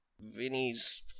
Vinny's